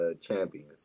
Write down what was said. champions